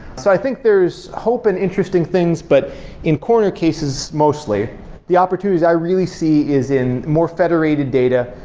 so i think there's hope and interesting things, but in corner cases mostly the opportunities i really see is in more federated data.